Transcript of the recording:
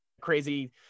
crazy